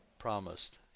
promised